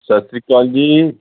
ਸਤਿ ਸ਼੍ਰੀ ਅਕਾਲ ਜੀ